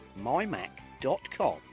myMac.com